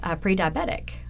pre-diabetic